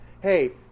hey